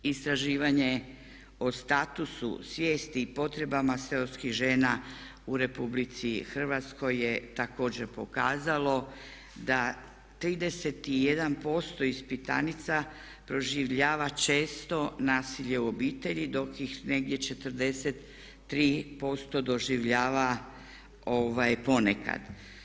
Istraživanje o statusu svijesti i potrebama seoskih žena u RH je također pokazalo da 31% ispitanica proživljava često nasilje u obitelji dok ih negdje 43% doživljava ponekad.